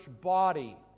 body